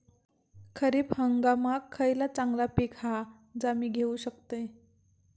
खरीप हंगामाक खयला चांगला पीक हा जा मी घेऊ शकतय?